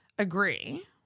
agree